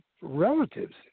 relatives